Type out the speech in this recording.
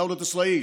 מדינת ישראל,